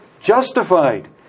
justified